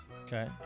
Okay